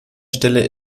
stelle